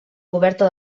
coberta